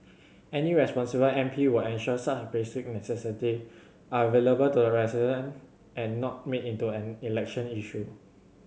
any responsible M P would ensure such basic necessity are available to the resident and not made into an election issue